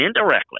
indirectly